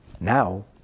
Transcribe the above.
Now